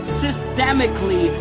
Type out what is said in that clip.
systemically